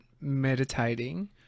meditating